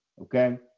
okay